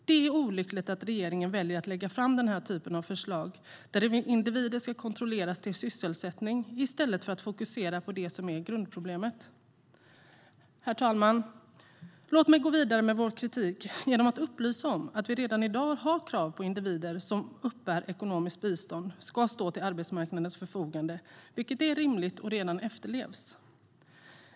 Det är olyckligt att regeringen väljer att lägga fram denna typ av förslag där individen ska kontrolleras till sysselsättning i stället för att man fokuserar på det som är grundproblemet. Herr talman! Låt mig gå vidare med vår kritik genom att upplysa om att vi redan i dag har krav på att individer som uppbär ekonomiskt bistånd ska stå till arbetsmarknadens förfogande, vilket är rimligt och redan efterlevs.